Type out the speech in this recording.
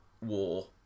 war